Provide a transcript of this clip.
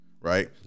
Right